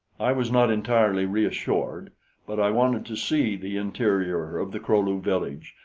i was not entirely reassured but i wanted to see the interior of the kro-lu village,